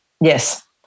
yes